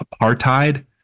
apartheid